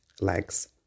legs